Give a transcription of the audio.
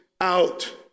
out